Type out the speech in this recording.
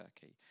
turkey